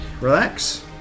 relax